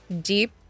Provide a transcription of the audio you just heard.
deep